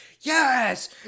yes